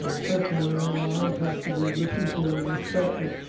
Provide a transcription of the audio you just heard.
effects on their own lives has to be listened to and respected.